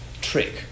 trick